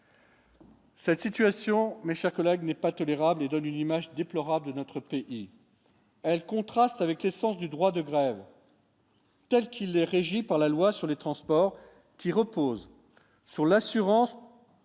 Cette situation, mes chers collègues n'est pas que l'érable et donne une image déplorable de notre pays, elle contraste avec l'essence du droit de grève. Telle qu'il est régi par la loi sur les transports. Qui repose sur l'assurance.